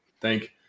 thank